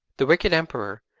the wicked emperor,